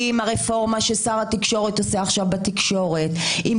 עם הרפורמה ששר התקשורת עושה עכשיו בתקשורת, עם